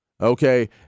Okay